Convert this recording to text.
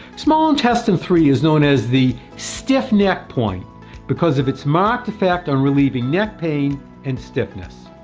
small intestine three is known as the stiff neck point because of its marked effect on relieving neck pain and stiffness.